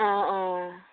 অঁ অঁ